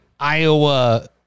Iowa